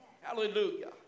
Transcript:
Hallelujah